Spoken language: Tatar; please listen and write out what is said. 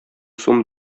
сум